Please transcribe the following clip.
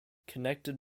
connected